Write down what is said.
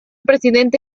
presidente